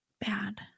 Bad